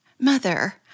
Mother